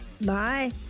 Bye